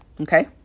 Okay